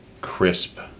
crisp